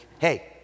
hey